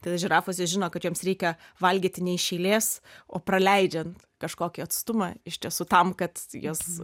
tada žirafos žino kad joms reikia valgyti ne iš eilės o praleidžiant kažkokį atstumą iš tiesų tam kad jas